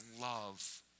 love